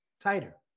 tighter